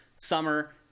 Summer